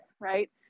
right